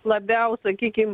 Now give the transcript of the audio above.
labiau sakykim